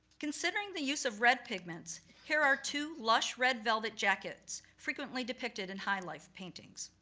considering the use of red pigments, here are two lush red velvet jackets, frequently depicted in high life paintings.